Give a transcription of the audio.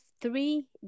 three